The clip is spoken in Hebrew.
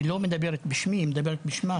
היא לא מדברת בשמי, היא מדברת בשמה.